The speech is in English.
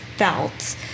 felt